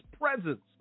presence